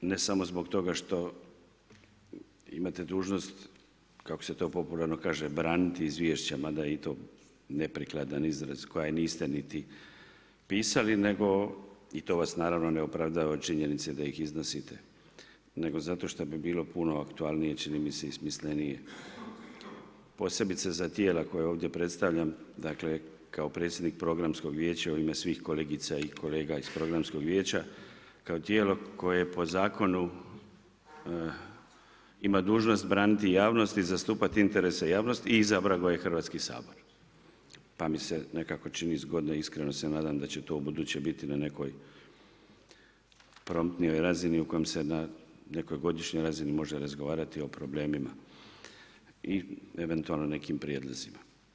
Ne samo zbog toga što imate dužnost kako se to popularno braniti izvješća mada je i to neprikladan izraz koja niste niti pisali i to vas naravno ne opravdava činjenici da ih iznosite nego zato šta bi bilo puno aktualniju i čini mi se i smislenije posebice za tijela koja ovdje predstavljam, dakle predsjednik programskog vijeća u ime svih kolegica i kolega iz programskog vijeća kao tijelo koje po zakonu ima dužnost braniti javnost i zastupati interese javnosti izabrao je Hrvatski sabor pa mi se nekako čini zgodno, iskreno se nadam da će to u buduće biti na nekoj promptnijoj razini o kojoj se na nekoj godišnjoj razini može razgovarati o problemima i eventualno nekim prijedlozima.